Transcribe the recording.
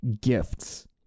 gifts